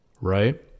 right